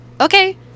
Okay